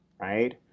right